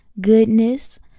goodness